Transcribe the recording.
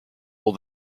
will